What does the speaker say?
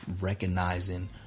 recognizing